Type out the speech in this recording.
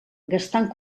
gastant